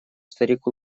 старик